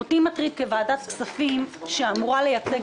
אותי מטריד כוועדת כספים שאמורה לייצג